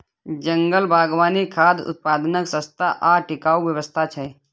जंगल बागवानी खाद्य उत्पादनक सस्ता आ टिकाऊ व्यवस्था छै